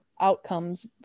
outcomes